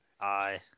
Aye